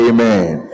Amen